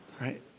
Right